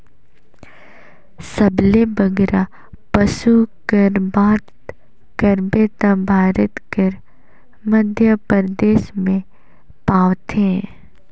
सबले बगरा पसु कर बात करबे ता भारत कर मध्यपरदेस में पवाथें